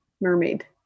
mermaid